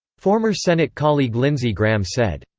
former senate colleague lindsey graham said,